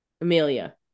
Amelia